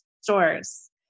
stores